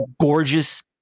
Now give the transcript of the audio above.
gorgeous